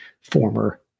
former